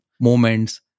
moments